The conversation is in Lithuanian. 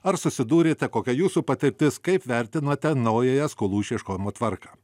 ar susidūrėte kokia jūsų patirtis kaip vertinate naująją skolų išieškojimo tvarką